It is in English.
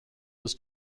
was